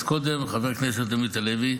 אז קודם חבר הכנסת עמית הלוי.